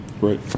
Right